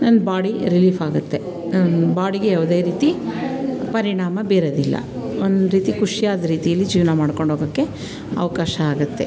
ನನ್ನ ಬಾಡಿ ರಿಲೀಫಾಗುತ್ತೆ ಬಾಡಿಗೆ ಯಾವುದೇ ರೀತಿ ಪರಿಣಾಮ ಬೀರೋದಿಲ್ಲ ಒಂದು ರೀತಿ ಖುಷಿಯಾದ ರೀತಿಯಲ್ಲಿ ಜೀವನ ಮಾಡಿಕೊಂಡೋಗಕ್ಕೆ ಅವಕಾಶ ಆಗುತ್ತೆ